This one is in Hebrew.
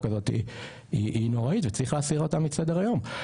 הזאת היא נוראית וצריך להסיר אותה מסדר היום.